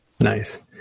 Nice